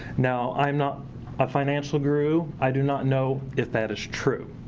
now i'm not a financial guru, i do not know if that is true.